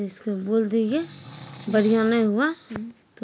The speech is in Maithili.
एग्रोफोरेस्ट्री से ज्यादा दलहनी पौधे उगैलो जाय छै